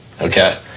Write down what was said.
Okay